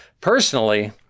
Personally